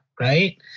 Right